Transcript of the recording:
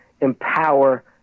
empower